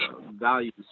values